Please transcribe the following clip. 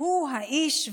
הוא האיש,